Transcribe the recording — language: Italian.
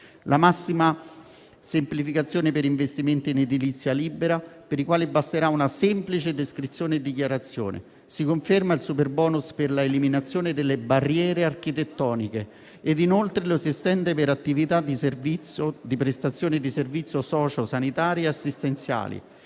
la massima semplificazione per gli investimenti in edilizia libera, per i quali basterà una semplice descrizione e dichiarazione. Si conferma il superbonus per l'eliminazione delle barriere architettoniche, che si estende inoltre, per attività di prestazioni di servizio sociosanitari e assistenziali